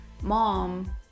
mom